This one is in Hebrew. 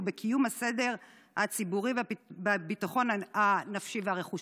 ובקיום הסדר הציבורי וביטחון הנפש והרכוש".